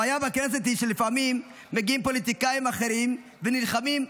הבעיה בכנסת היא שלפעמים מגיעים פוליטיקאים אחרים ונלחמים,